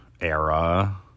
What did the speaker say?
era